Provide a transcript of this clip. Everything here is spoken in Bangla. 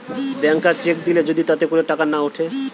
ব্যাংকার চেক দিলে যদি তাতে করে টাকা না উঠে